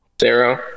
zero